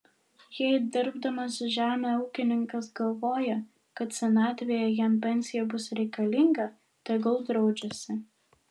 jei dirbdamas žemę ūkininkas galvoja kad senatvėje jam pensija bus reikalinga tegul draudžiasi